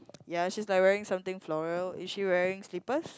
ya she's like wearing something floral is she wearing slippers